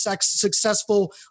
successful